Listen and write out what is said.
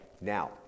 now